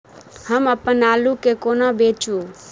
हम अप्पन आलु केँ कोना बेचू?